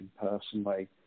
Personally